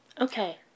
Okay